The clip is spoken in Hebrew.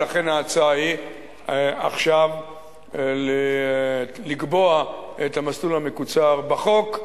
ולכן ההצעה היא עכשיו לקבוע את המסלול המקוצר בחוק,